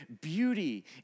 beauty